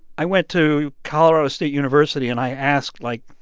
i went to colorado state university, and i asked, like,